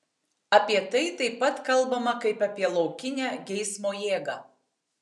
apie tai taip pat kalbama kaip apie laukinę geismo jėgą